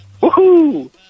Woohoo